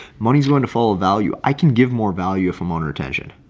money's going to follow value i can give more value for monitor attention.